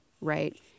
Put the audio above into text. right